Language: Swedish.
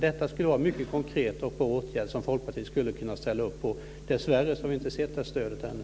Detta skulle vara en mycket konkret och bra åtgärd, som Folkpartiet skulle kunna ställa upp på. Dessvärre har vi inte sett det stödet ännu.